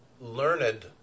learned